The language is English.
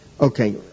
Okay